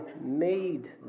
made